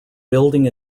building